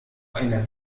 einer